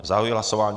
Zahajuji hlasování.